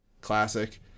Classic